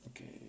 Okay